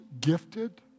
gifted